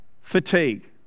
fatigue